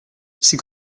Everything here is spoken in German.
sie